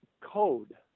code